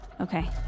Okay